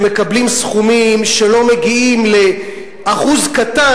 שמקבלים סכומים שלא מגיעים לאחוז קטן